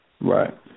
Right